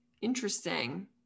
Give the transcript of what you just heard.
Interesting